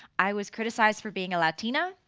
i was criticized for being a latina,